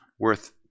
worth